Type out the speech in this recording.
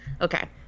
Okay